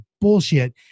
bullshit